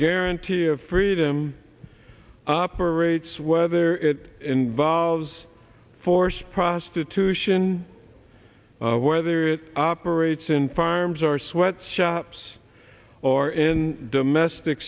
guarantee of freedom operates whether it involves force prostitution whether it operates in farms or sweat shops or in domestic